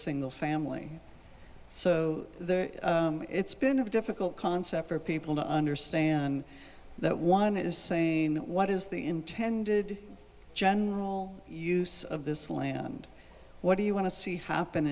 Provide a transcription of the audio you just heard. single family so it's been a difficult concept for people to understand that one is saying what is the intended general use of this land what do you want to see happen